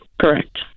Correct